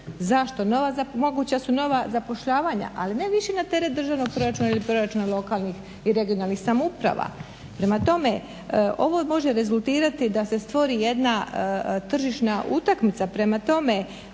Zašto? Moguća su nova zapošljavanja, ali ne više na teret državnog proračuna ili proračuna lokalnih i regionalnih samouprava. Prema tome, ovo može rezultirati da se stvori jedna tržišna utakmica. Prema tome,